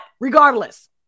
regardless